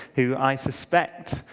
who, i suspect,